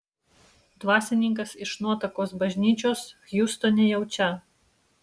dvasininkas iš nuotakos bažnyčios hjustone jau čia